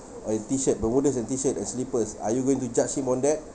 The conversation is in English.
and T shirt bermudas and T shirt and slippers are you going to judge him on that